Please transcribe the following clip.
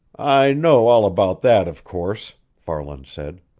i know all about that, of course, farland said.